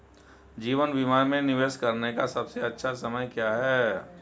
जीवन बीमा में निवेश करने का सबसे अच्छा समय क्या है?